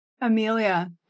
Amelia